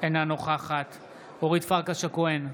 אינה נוכחת אורית פרקש הכהן,